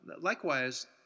Likewise